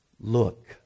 Look